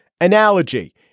Analogy